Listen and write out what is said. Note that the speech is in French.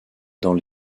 dans